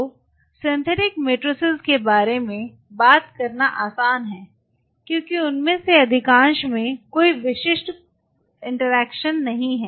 तो synthetic matrix के बारे में बात करना आसान है क्योंकि उनमें से अधिकांश में कोई विशिष्ट परस्पर क्रिया नहीं है